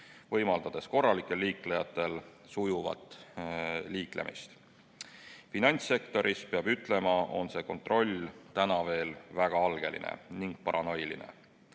võimaldades korralikel liiklejatel sujuvat liiklemist. Finantssektoris, peab ütlema, on see kontroll täna veel väga algeline ning paranoiline.